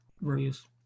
various